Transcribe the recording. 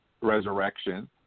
resurrection